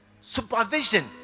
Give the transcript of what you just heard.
supervision